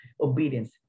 obedience